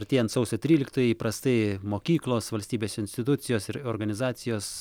artėjant sausio tryliktajai įprastai mokyklos valstybės institucijos ir organizacijos